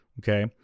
Okay